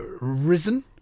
risen